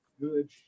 good